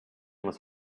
was